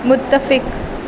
متفق